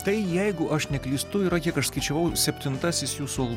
tai jeigu aš neklystu yra kiek aš skaičiavau septintasis jūsų